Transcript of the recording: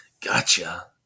Gotcha